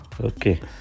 Okay